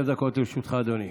עשר דקות לרשותך, אדוני.